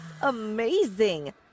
amazing